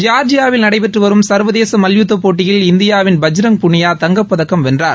ஜார்ஜியாவில் நடைபெற்று வரும் சர்வதேச மல்யுத்தப் போட்டியில் இநிதயாவின் பஜ்ரங் புனியா தங்கப்பதக்கம் வென்றார்